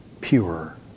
pure